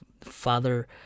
Father